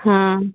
हँ